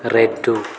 రెండు